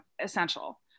essential